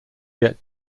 yet